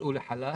הוצאו לחל"ת,